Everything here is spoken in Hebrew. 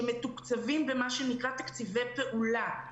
שמתוקצבים במה שנקרא תקציבי פעולה,